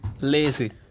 lazy